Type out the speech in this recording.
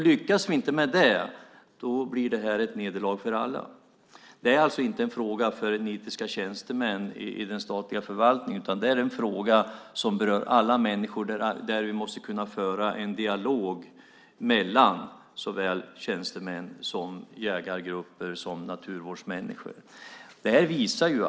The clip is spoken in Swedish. Lyckas vi inte med det blir det ett nederlag för alla. Det är alltså inte en fråga för nitiska tjänstemän i den statliga förvaltningen, utan det är en fråga som berör alla människor. Vi måste kunna föra en dialog med såväl tjänstemän som jägargrupper och naturvårdsmänniskor.